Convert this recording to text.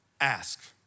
Ask